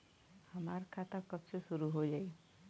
हमार खाता कब से शूरू हो जाई?